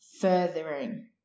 furthering